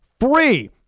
free